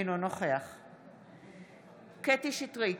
אינו נוכח קטי קטרין שטרית,